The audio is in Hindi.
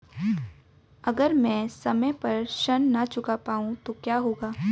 अगर म ैं समय पर ऋण न चुका पाउँ तो क्या होगा?